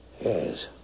Yes